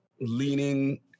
leaning